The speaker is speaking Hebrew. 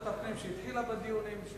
אני מציע שוועדת הפנים, שהתחילה בדיונים,